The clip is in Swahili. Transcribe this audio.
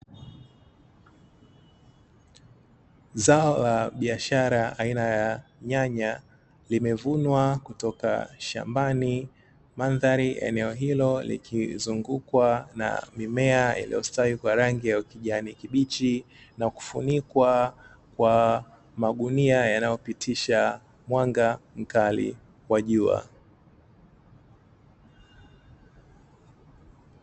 Zao la biashara aina ya nyanya limevunwa kutoka shambani madhari eneo hilo likizungukwa na mimea yaliyostawi kwa rangi ya kijani kibichi na kufunikwa kwa magunia yanayopitisha mwanga mkali wa jua.